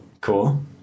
Cool